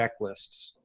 checklists